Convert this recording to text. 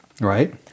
Right